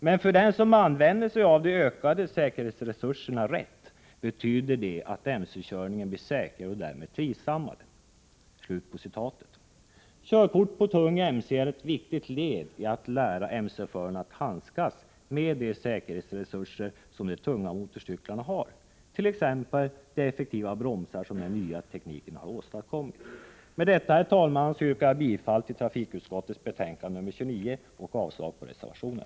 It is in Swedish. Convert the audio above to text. Men för den som använder sig av de ökade säkerhetsresurserna rätt betyder de att mc-körningen blir säkrare och därmed trivsammare.” Körkortet för tung mc är ett viktigt led i att lära mc-förarna handskas med de säkerhetsresurser som de tunga motorcyklarna har, t.ex. de effektiva bromsar som den nya tekniken har åstadkommit. Med detta, herr talman, yrkar jag bifall till hemställan i trafikutskottets betänkande nr 29 och avslag på reservationen.